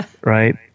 right